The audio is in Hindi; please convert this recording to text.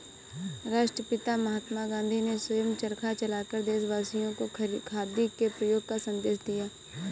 राष्ट्रपिता महात्मा गांधी ने स्वयं चरखा चलाकर देशवासियों को खादी के प्रयोग का संदेश दिया